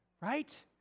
Right